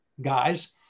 guys